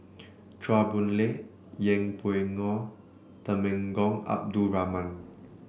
Chua Boon Lay Yeng Pway Ngon Temenggong Abdul Rahman